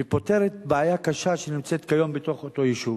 ופותרת בעיה קשה שנמצאת כיום בתוך אותו יישוב.